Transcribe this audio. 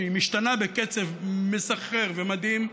והיא משתנה בקצב מסחרר ומדהים,